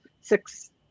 six